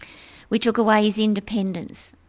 we took away his independence,